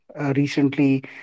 recently